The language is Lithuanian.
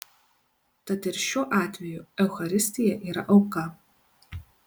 tad ir šiuo atveju eucharistija yra auka